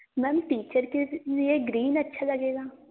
ma'am teacher के लिए green अच्छा लगेगा